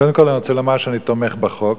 קודם כול אני רוצה לומר שאני תומך בחוק.